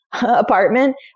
apartment